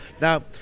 Now